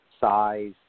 size